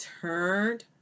turned